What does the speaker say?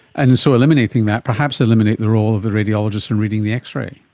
and so eliminating that, perhaps eliminate the role of the radiologist in reading the x-ray.